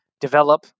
develop